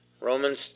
Romans